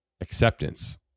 acceptance